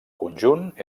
conjunt